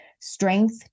strength